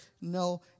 No